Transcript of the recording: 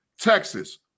Texas